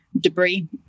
debris